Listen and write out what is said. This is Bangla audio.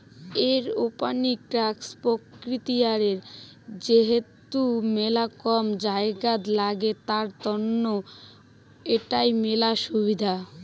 এরওপনিক্স প্রক্রিয়াতে যেহেতু মেলা কম জায়গাত লাগে, তার তন্ন এটার মেলা সুবিধা